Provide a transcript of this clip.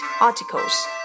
articles